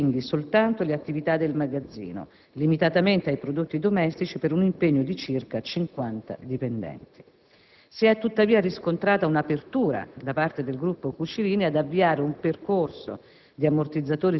e di lasciare quindi soltanto le attività del magazzino, limitatamente ai prodotti domestici, per un impegno di circa 50 dipendenti. Si è tuttavia riscontrata un'apertura, da parte del gruppo Cucirini, ad avviare un percorso